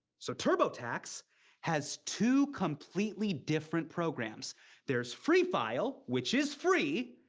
so turbotax has two completely different programs there's free file, which is free,